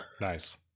Nice